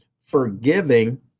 forgiving